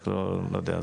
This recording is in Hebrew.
רק לא יודע,